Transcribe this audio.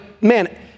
man